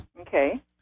Okay